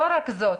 לא רק זאת,